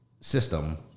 system